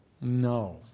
No